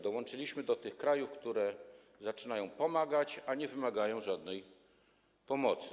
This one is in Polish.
Dołączyliśmy do tych krajów, które zaczynają pomagać, a nie wymagają żadnej pomocy.